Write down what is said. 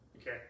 Okay